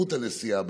במהירות הנסיעה,